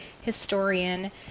historian